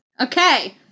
Okay